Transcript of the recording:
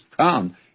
come